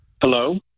Hello